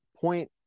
point